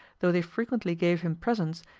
though they frequently gave him presents,